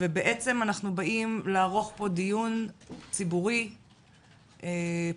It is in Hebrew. אנחנו באים לערוך פה דיון ציבורי פתוח,